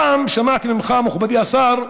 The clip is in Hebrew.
פעם שמעתי ממך, מכובדי השר: